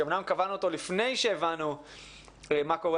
שאומנם קבענו אותו לפני שהבנו מה קורה